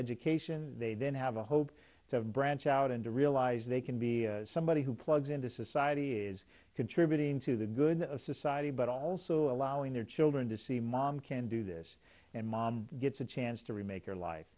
education they then have a hope to branch out and to realize they can be somebody who plugs into society is contributing to the good of society but also allowing their children to see mom can do this and mom gets a chance to remake their life